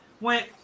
went